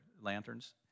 lanterns